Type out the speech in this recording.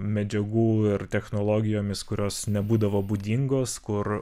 medžiagų ir technologijomis kurios nebūdavo būdingos kur